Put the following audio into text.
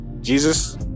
Jesus